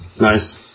Nice